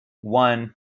one